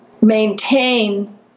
maintain